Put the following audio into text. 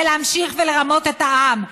זה להמשיך ולרמות את העם,